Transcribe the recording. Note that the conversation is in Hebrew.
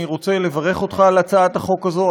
אני רוצה לברך אותך על הצעת החוק הזו.